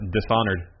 Dishonored